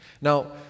Now